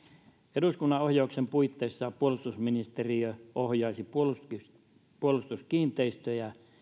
eduskunnan ohjauksen puitteissa puolustusministeriö ohjaisi puolustuskiinteistöjä